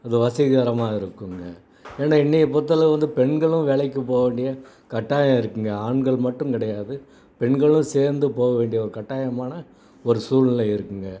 அது வசீகரமாக இருக்குங்க ஏன்னா இன்னைக்கி பொருத்தளவு வந்து பெண்களும் வேலைக்கு போக வேண்டிய கட்டாயம் இருக்குதுங்க ஆண்கள் மட்டும் கிடையாது பெண்களும் சேர்ந்து போக வேண்டிய ஒரு கட்டாயமான ஒரு சூழ்நிலை இருக்குதுங்க